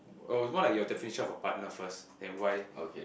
oh what are your definitions for partner first and why